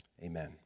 Amen